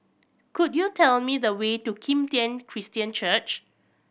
could you tell me the way to Kim Tian Christian Church